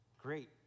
great